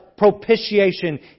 propitiation